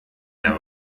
der